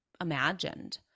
imagined